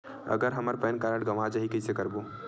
अगर हमर PAN card गवां जाही कइसे करबो?